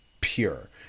pure